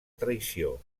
traïció